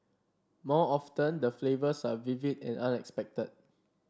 more often the flavours are vivid and unexpected